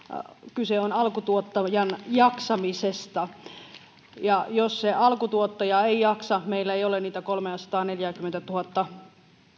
kyse on alkutuottajan jaksamisesta jos se alkutuottaja ei jaksa meillä ei ole niitä kolmeasataaneljääkymmentätuhatta